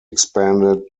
expanded